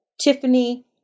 Tiffany